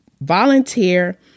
Volunteer